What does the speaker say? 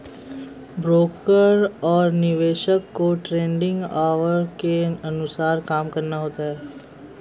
broker और निवेशक को ट्रेडिंग ऑवर के अनुसार काम करना होता है